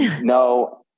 no